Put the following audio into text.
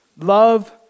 love